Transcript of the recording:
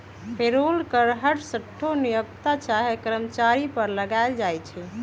payroll कर हरसठ्ठो नियोक्ता चाहे कर्मचारी पर लगायल जाइ छइ